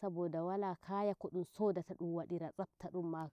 saboda wala kaya ko ɗum so sodata ɗum wadira tsafta ɗumma.